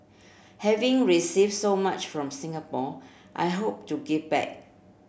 having receive so much from Singapore I hope to give back